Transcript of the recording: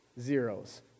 zeros